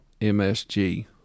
MSG